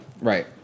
Right